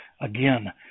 Again